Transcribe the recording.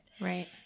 Right